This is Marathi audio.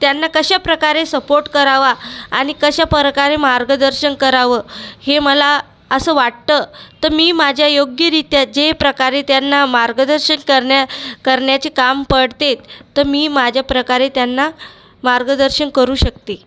त्यांना कशाप्रकारे सपोर्ट करावा आणि कशा प्रकारे मार्गदर्शन करावं हे मला असं वाटतं तर मी माझ्या योग्यरीत्या जे प्रकारे त्यांना मार्गदर्शन करण्या करण्याचे काम पडते तर मी माझ्या प्रकारे त्यांना मार्गदर्शन करू शकते